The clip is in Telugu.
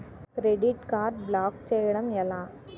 క్రెడిట్ కార్డ్ బ్లాక్ చేయడం ఎలా?